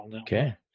okay